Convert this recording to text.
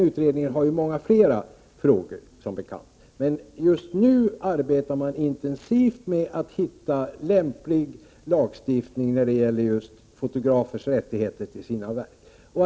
Utredningen har många fler frågor att syssla med, som bekant, men just nu arbetar den intensivt med att åstadkomma en lämplig lagstiftning när det gäller fotografers rättigheter till sina verk.